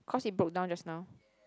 cause it broke down just now